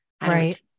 Right